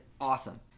awesome